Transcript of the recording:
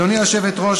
גברתי היושבת-ראש,